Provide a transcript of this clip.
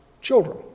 children